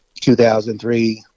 2003